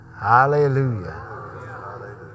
Hallelujah